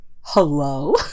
hello